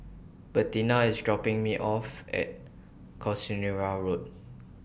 Bettina IS dropping Me off At Casuarina Road